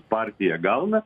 partija gauna